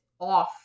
off